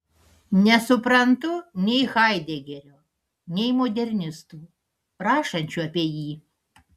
nesuprantu nei haidegerio nei modernistų rašančių apie jį